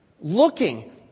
looking